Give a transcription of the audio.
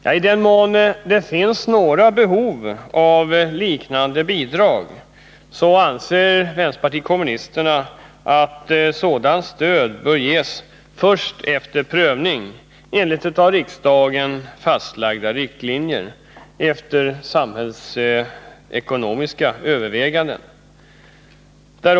I den mån det finns behov av liknande bidrag anser vänsterpartiet kommunisterna att sådant stöd skall ges först efter prövning enligt av riksdagen fastlagda riktlinjer och efter samhällsekonomiska överväganden.